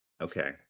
okay